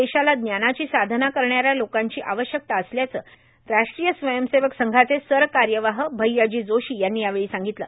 देशाला ज्ञानाची साधना करणाऱ्या लोकांची आवश्यकता असल्याचं राष्ट्रीय स्वयंसेवक संघाचे सरकार्यवाह भय्याजी जोशी यांनी यावेळी सांगितलं